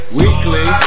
weekly